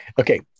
Okay